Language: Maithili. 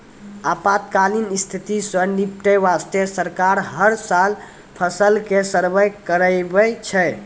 आपातकालीन स्थिति सॅ निपटै वास्तॅ सरकार हर साल फसल के सर्वें कराबै छै